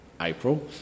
April